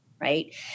right